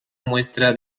muestra